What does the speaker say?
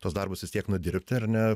tuos darbus vis tiek nudirbti ar ne